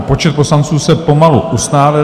Počet poslanců se pomalu ustálil.